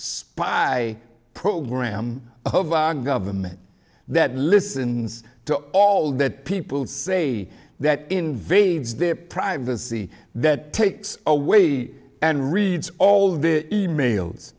spy program of our government that listens to all that people say that invades their privacy that takes away and reads all the emails